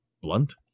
Blunt